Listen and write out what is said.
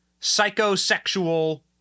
psychosexual